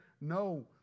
no